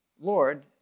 Lord